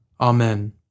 Amen